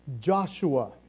Joshua